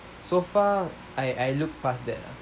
so far I I look past that ah